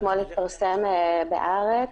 אתמול התפרסם בארץ